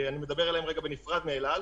אני מדבר עליהן רגע בנפרד מאל על,